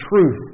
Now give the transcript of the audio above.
truth